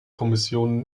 kommission